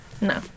No